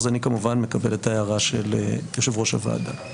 אז אני כמובן מקבל את ההערה של יושב-ראש הוועדה.